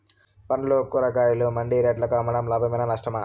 పండ్లు కూరగాయలు మండి రేట్లకు అమ్మడం లాభమేనా నష్టమా?